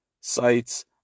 sites